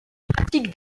pratique